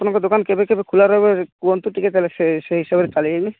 ଆପଣଙ୍କ ଦୋକାନ କେବେ କେବେ ଖୋଲା ରହିବ କୁହନ୍ତୁ ତାହେଲେ ଟିକେ ସେହି ସମୟରେ ଚାଲି ଆଇବି